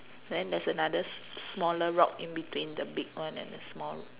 then there's another smaller rock in between the big one and the small one